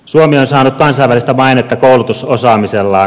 suomi on saanut kansainvälistä mainetta koulutusosaamisellaan